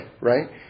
right